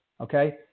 okay